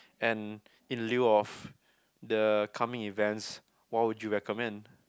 and in lieu of the coming events what would you recommend